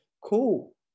cool